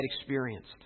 experienced